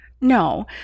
No